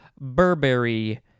Burberry